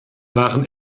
waren